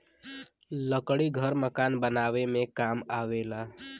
लकड़ी घर मकान बनावे में काम आवेला